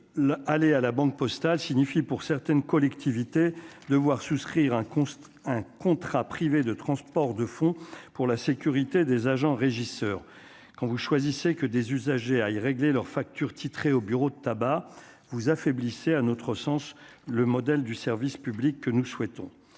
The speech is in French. aller à la Banque Postale signifie pour certaines collectivités de voir souscrire un contrat, un contrat privé de transport de fonds pour la sécurité des agents régisseur quand vous choisissez que des usagers aillent régler leurs factures, titré au bureau de tabac, vous affaiblissez à notre sens, le modèle du service public que nous souhaitons